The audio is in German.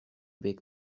weg